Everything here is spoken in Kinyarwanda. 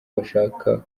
bashaka